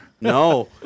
No